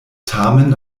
tamen